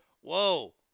Whoa